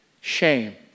shame